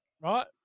right